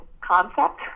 concept